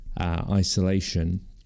isolation